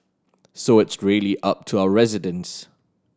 so it's really up to our residents